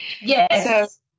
Yes